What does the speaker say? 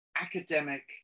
academic